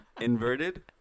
Inverted